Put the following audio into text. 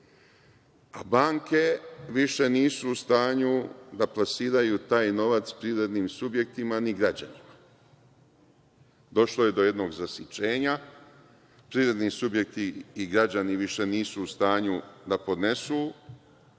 a banke više nisu u stanju da plasiraju taj novac privrednim subjektima, ni građanima. Došlo je do jednog zasićenja. Privredni subjekti i građani nisu više u stanju da podnesu